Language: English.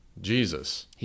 Jesus